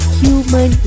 human